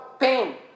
Pain